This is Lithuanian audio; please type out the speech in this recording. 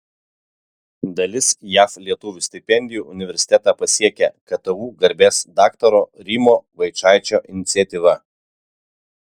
dalis jav lietuvių stipendijų universitetą pasiekia ktu garbės daktaro rimo vaičaičio iniciatyva